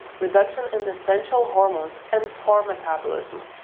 reduction in essential hormones and poor metabolism.